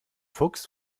fuchs